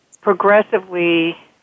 progressively